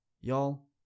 Y'all